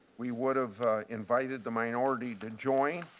we would have invited the minority to join.